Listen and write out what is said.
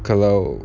kalau